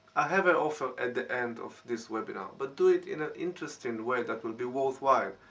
i have an offer at the end of this webinar but do it in an interesting way that will be worthwhile.